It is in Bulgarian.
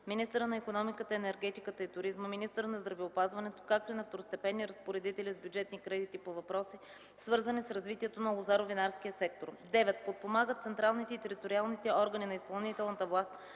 министъра на икономиката, енергетиката и туризма, министъра на здравеопазването, както и на второстепенни разпоредители с бюджетни кредити по въпроси, свързани с развитието на лозаро-винарския сектор; 9. подпомагат централните и териториалните органи на изпълнителната власт,